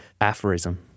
aphorism